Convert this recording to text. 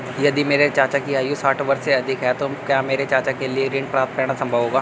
यदि मेरे चाचा की आयु साठ वर्ष से अधिक है तो क्या मेरे चाचा के लिए ऋण प्राप्त करना संभव होगा?